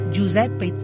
Giuseppe